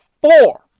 four